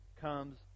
comes